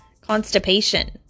constipation